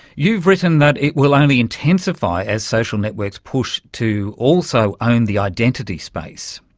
you've written that it will only intensify as social networks push to also own the identity space.